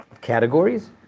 Categories